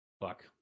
fuck